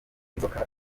inzoka